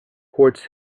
quartz